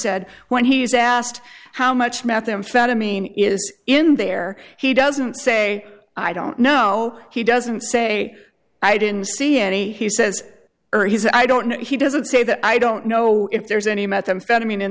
said when he's asked how much methamphetamine is in there he doesn't say i don't know he doesn't say i didn't see any he says he's i don't know he doesn't say that i don't know if there's any methamphetamine in